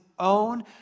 own